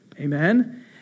Amen